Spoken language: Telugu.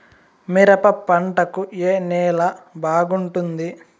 మిరప పంట కు ఏ నేల బాగుంటుంది?